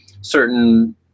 certain